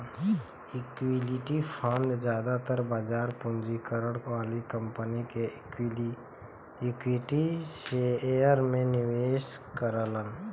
equity fund जादातर बाजार पूंजीकरण वाली कंपनी के इक्विटी शेयर में निवेश करलन